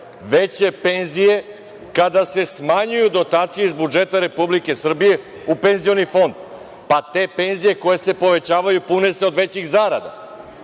veće penzije kada se smanjuju dotacije iz budžeta Republike Srbije u penzioni fond? Te penzije koje se povećavaju pune se od većih zarada. Druga